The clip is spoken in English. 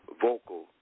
vocal